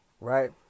right